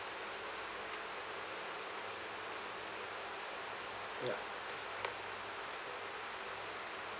ya